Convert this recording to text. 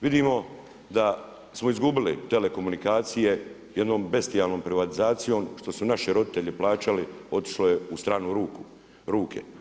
Vidimo da smo izgubili telekomunikacije jednom bestijalnom privatizacijom što su naši roditelji plaćali, otišlo je u strane ruke.